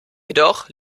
jedoch